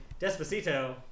Despacito